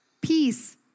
Peace